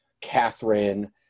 Catherine